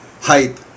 hype